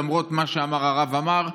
למרות מה שאמר הרב עמאר,